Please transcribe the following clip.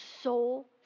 soul